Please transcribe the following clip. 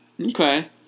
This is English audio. Okay